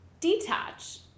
detach